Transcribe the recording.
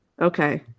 Okay